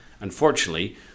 unfortunately